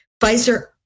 Pfizer